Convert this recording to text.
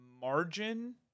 margin